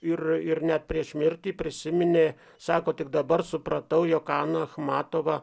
ir ir net prieš mirtį prisiminė sako tik dabar supratau jog ana achmatova